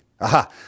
Aha